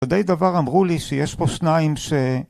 יודעי דבר אמרו לי שיש פה שניים ש...